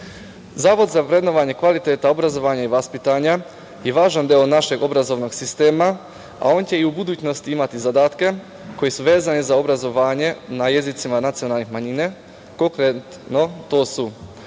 za vrednovanje kvaliteta obrazovanja i vaspitanja je važan deo našeg obrazovnog sistema, a on će i u budućnosti imati zadatke koji su vezani za obrazovanje na jezicima nacionalnih manjina. Konkretno, to su